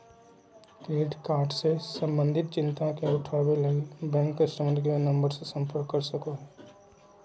credit card से संबंधित चिंता के उठावैय लगी, बैंक कस्टमर केयर नम्बर से संपर्क कर सको हइ